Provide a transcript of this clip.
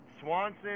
Swanson